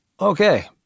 Okay